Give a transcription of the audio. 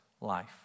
life